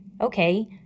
okay